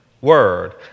word